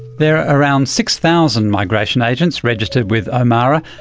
there are around six thousand migration agents registered with ah omara,